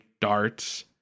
darts